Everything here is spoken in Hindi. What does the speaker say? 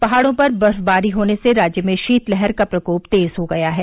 पहाड़ों पर बर्फबारी होने से राज्य में शीतलहर का प्रकोप तेज हो गया है